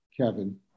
Kevin